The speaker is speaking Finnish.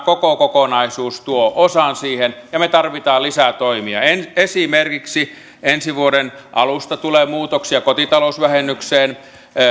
koko kokonaisuus tuovat osan siihen ja me tarvitsemme lisää toimia esimerkiksi ensi vuoden alusta tulee muutoksia kotitalousvähennykseen